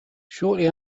shortly